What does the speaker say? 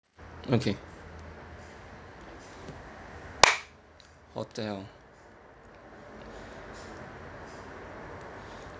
okay hotel